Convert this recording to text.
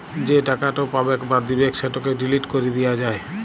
যে টাকাট পাবেক বা দিবেক সেটকে ডিলিট ক্যরে দিয়া যায়